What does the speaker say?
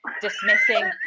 Dismissing